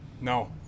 No